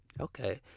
okay